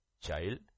child